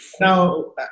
Now